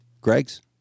Greg's